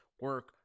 Work